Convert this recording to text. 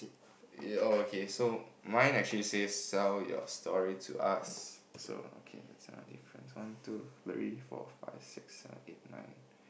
yea oh okay so mine actually say sell your story to us so okay that another difference one two three four five six seven eight nine